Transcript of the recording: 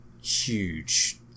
huge